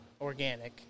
organic